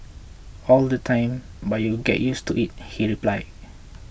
all the time but you get used to it he replied